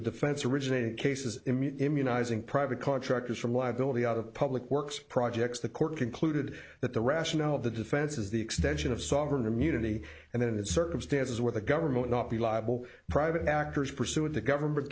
the defense originated cases immunizing private contractors from liability of public works projects the court concluded that the rationale of the defense is the extension of sovereign immunity and in circumstances where the government not be liable private actors pursued the government